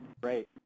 Great